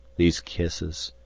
these kisses,